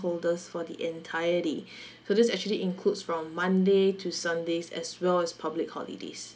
holders the entire day so this actually includes from monday to sundays as well as public holidays